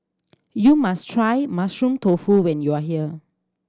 you must try Mushroom Tofu when you are here